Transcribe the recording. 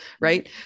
Right